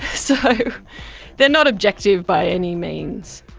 so they are not objective by any means.